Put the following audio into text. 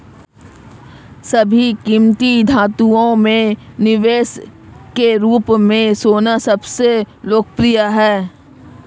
सभी कीमती धातुओं में निवेश के रूप में सोना सबसे लोकप्रिय है